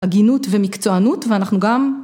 הגינות ומקצוענות ואנחנו גם